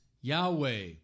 Yahweh